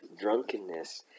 drunkenness